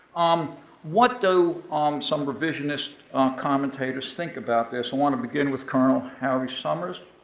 um what do um some revisionists commentators think about this? i wanna begin with colonel harry summers,